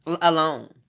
alone